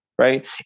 right